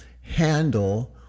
handle